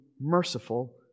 merciful